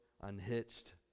unhitched